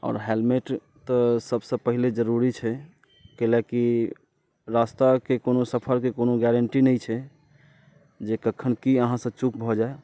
आओर हैलमेट तऽ सभसँ पहिले जरूरत छै कैलाकि रास्ताके कोनो सफरके कोनो गेरेन्टी नहि छै जे कखन की अहाँसँ चूक भऽ जाय